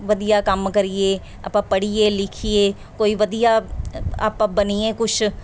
ਵਧੀਆ ਕੰਮ ਕਰੀਏ ਆਪਾਂ ਪੜ੍ਹੀਏ ਲਿਖੀਏ ਕੋਈ ਵਧੀਆ ਅ ਆਪਾਂ ਬਣੀਏ ਕੁਛ